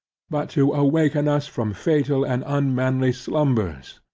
but to awaken us from fatal and unmanly slumbers,